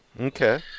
Okay